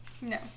No